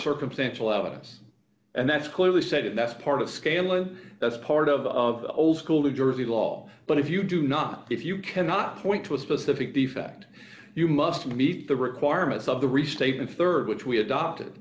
circumstantial evidence and that's clearly said and that's part of scaling that's part of the old school new jersey law but if you do not if you cannot point to a specific the fact you must meet the requirements of the restatement rd which we adopted